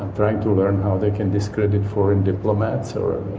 trying to learn how they can discredit foreign diplomats or